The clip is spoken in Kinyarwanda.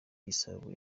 igisabo